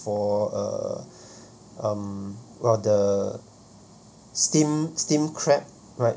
for a um well the steamed steamed crab right